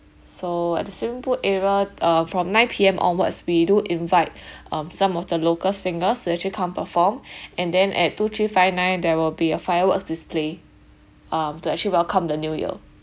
so at the swimming pool area uh from nine P_M onwards we do invite um some of the local singers will actually come perform and then at two three five nine there will be a fireworks display um to actually welcome the new year